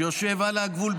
שיושב על הגבול,